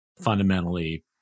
fundamentally